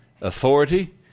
authority